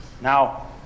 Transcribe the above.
Now